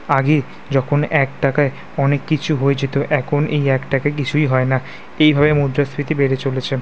আগে যখন এক টাকায় অনেক কিছু হয়ে যেত এখন এই এক টাকায় কিছুই হয় না এইভাবে মুদ্রাস্ফীতি বেড়ে চলেছে